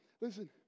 listen